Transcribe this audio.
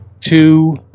two